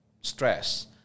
stress